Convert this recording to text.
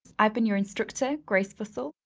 i've been your instructor, grace fussell,